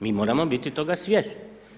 Mi moramo biti toga svjesni.